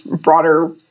broader